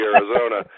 Arizona